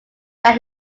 that